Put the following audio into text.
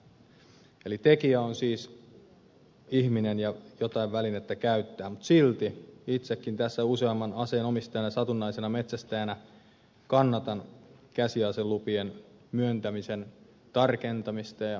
eli tekijä on siis ihminen ja jotain välinettä käyttää mutta silti itsekin tässä useamman aseen omistajana satunnaisena metsästäjänä kannatan käsiaselupien myöntämisen tarkentamista ja tiukentamista